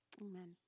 amen